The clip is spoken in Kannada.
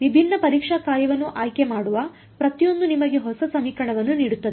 ವಿಭಿನ್ನ ಪರೀಕ್ಷಾ ಕಾರ್ಯವನ್ನು ಆಯ್ಕೆ ಮಾಡುವ ಪ್ರತಿಯೊಂದೂ ನಿಮಗೆ ಹೊಸ ಸಮೀಕರಣವನ್ನು ನೀಡುತ್ತದೆ